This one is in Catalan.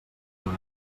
molt